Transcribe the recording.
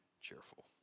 cheerful